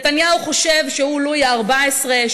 נתניהו חושב שהוא לואי ה-14,